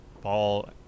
Ball